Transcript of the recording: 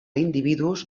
individus